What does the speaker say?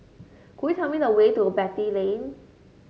could you tell me the way to Beatty Lane